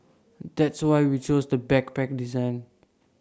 that's why we chose the backpack design